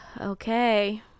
Okay